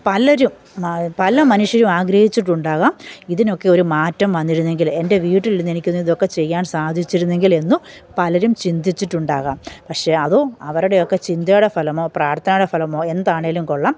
പലരും പല മനുഷ്യരും ആഗ്രഹിച്ചിട്ടുണ്ടാകാം ഇതിനൊക്കെ ഒരു മാറ്റം വന്നിരുന്നെങ്കിൽ എന്റെ വീട്ടിലിരുന്ന് എനിക്കൊന്ന് ഇതൊക്കെ ചെയ്യാന് സാധിച്ചിരുന്നെങ്കില് എന്നു പലരും ചിന്തിച്ചിട്ടുണ്ടാകാം പക്ഷേ അതോ അവരുടെയൊക്കെ ചിന്തയുടെ ഫലമോ പ്രാര്ത്ഥനയുടെ ഫലമോ എന്താണെങ്കിലും കൊള്ളാം